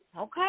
Okay